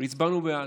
והצבענו בעד,